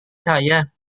saya